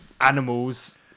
animals